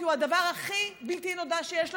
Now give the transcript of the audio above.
כי הוא הדבר הכי בלתי נודע שיש לנו,